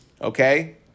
Okay